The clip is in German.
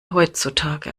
heutzutage